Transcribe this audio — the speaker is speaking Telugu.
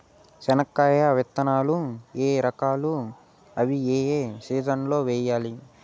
చెనక్కాయ విత్తనాలు ఎన్ని రకాలు? అవి ఏ ఏ సీజన్లలో వేయాలి?